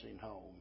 home